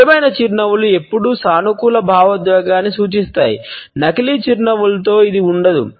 నిజమైన చిరునవ్వులు ఎల్లప్పుడూ సానుకూల భావోద్వేగాన్ని సూచిస్తాయి నకిలీ చిరునవ్వులలో ఇది ఉండదు